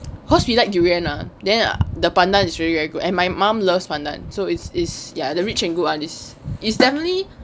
cause we like durian ah there the pandan is really very good and my mum loves pandan so it's is ya the rich and good one is is definitely